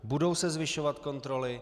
Budou se zvyšovat kontroly?